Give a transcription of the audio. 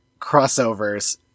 crossovers